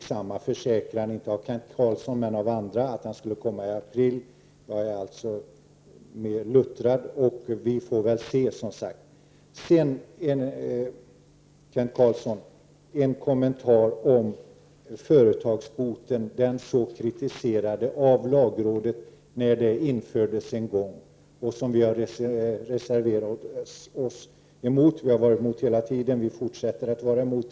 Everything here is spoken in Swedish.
Men samma försäkran har andra före Kent Carlsson avgivit. Det var bara det att då skulle utvärderingen presenteras i april. Jag är alltså mera luttrad. Men vi får väl, som sagt, se hur det blir! Så några ord om företagsboten, som kritiserades så mycket av lagrådet då den infördes. Vi reserverade oss då mot ett införande, och vi har hela tiden varit emot företagsboten och fortsätter att vara det.